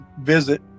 visit